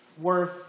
worth